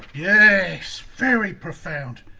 yeah yes. very profound.